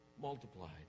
multiplied